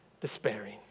despairing